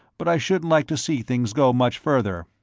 but i shouldn't like to see things go much further.